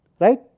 right